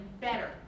better